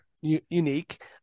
unique